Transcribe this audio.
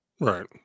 Right